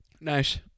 nice